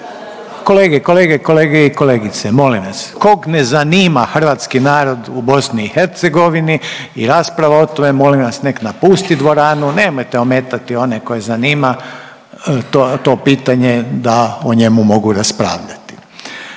poslova. Kolege, kolege i kolegice molim vas kog ne zanima hrvatski narod u BiH i rasprava o tome molim vas nek' napusti dvoranu. Nemojte ometati one koje zanima to pitanje da o njemu mogu raspravljati.